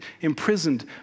imprisoned